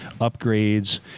upgrades